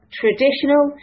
traditional